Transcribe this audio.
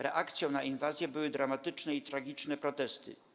Reakcją na inwazję były dramatyczne i tragiczne protesty.